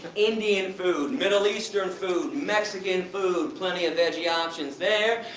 indian food, middle-eastern food, mexican food? plenty of veggie options there.